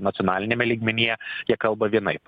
nacionaliniame lygmenyje jie kalba vienaip